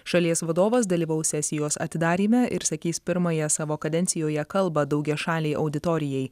šalies vadovas dalyvaus sesijos atidaryme ir sakys pirmąją savo kadencijoje kalbą daugiašalei auditorijai